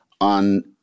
on